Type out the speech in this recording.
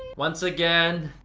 once again.